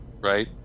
right